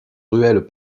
ruelles